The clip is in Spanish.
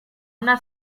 una